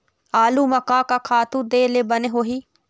आलू म का का खातू दे ले बने होही?